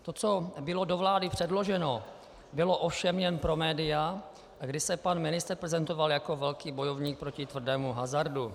To, co bylo do vlády předloženo, bylo ovšem jen pro média, kdy se pan ministr prezentoval jako velký bojovník proti tvrdému hazardu.